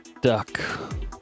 Duck